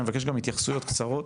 אני מבקש גם התייחסויות קצרות.